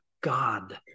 God